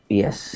yes